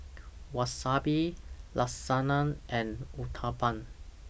Wasabi Lasagna and Uthapam